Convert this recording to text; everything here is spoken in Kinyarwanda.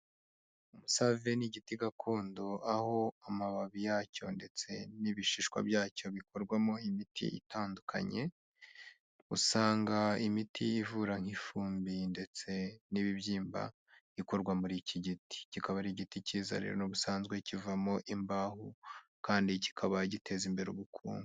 Umusave ni igiti gakondo aho amababi yacyo ndetse n'ibishishwa byacyo bikorwamo imiti itandukanye, usanga imiti ivura nk'ifumbi ndetse n'ibibyimba ikorwa muri iki giti, kikaba ari igiti icyiza rero n'ubusanzwe kivamo imbaho kandi kikaba giteza imbere ubukungu.